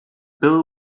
bill